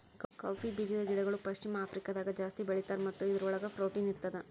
cowpea ಬೀಜದ ಗಿಡಗೊಳ್ ಪಶ್ಚಿಮ ಆಫ್ರಿಕಾದಾಗ್ ಜಾಸ್ತಿ ಬೆಳೀತಾರ್ ಮತ್ತ ಇದುರ್ ಒಳಗ್ ಪ್ರೊಟೀನ್ ಇರ್ತದ